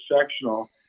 sectional